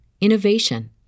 innovation